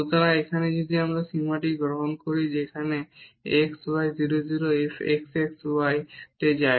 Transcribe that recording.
সুতরাং এখানে যদি আমরা এই সীমাটি গ্রহণ করি যেমন x y 0 0 f x x y তে যায়